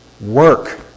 Work